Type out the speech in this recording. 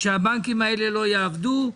שהבנקים האלה לא יעבדו?